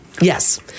Yes